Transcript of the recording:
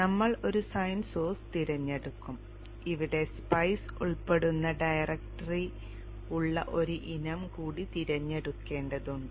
നമ്മൾ ഒരു sine source തിരഞ്ഞെടുക്കും ഇവിടെ സ്പൈസ് ഉൾപ്പെടുന്ന ഡയറക്ടറി ഉള്ള ഒരു ഇനം കൂടി തിരഞ്ഞെടുക്കേണ്ടതുണ്ട്